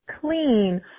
clean